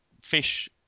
Fish